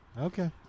okay